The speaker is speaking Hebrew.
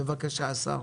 בבקשה, השר.